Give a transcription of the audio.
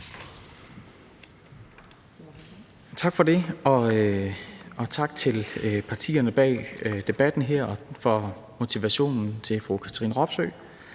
Tak for det, og tak til partierne bag debatten her og til fru Katrine Robsøe